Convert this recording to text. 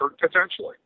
potentially